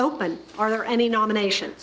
open are there any nomination